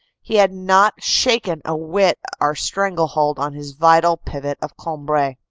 he had not shaken a whit our strangle-hold on his vital pivot of cambrai.